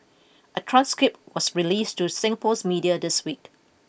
a transcript was released to Singapore's media this week